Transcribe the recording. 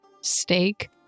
steak